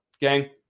gang